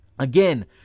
Again